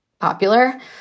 popular